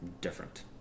different